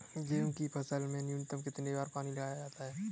गेहूँ की फसल में न्यूनतम कितने बार पानी लगाया जाता है?